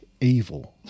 evil